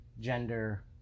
gender